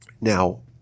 Now